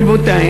רבותי,